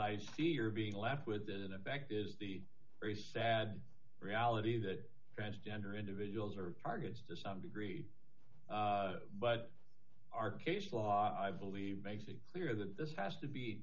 i see here being left with it in the back is the very sad reality that transgender individuals are targets to some degree but our case law i believe makes it clear that this has to be